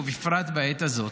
ובפרט בעת הזאת.